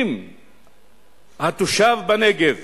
אם התושב בנגב